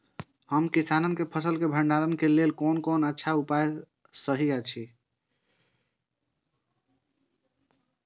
हम किसानके फसल के भंडारण के लेल कोन कोन अच्छा उपाय सहि अछि?